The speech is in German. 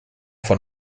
von